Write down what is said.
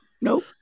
nope